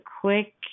quick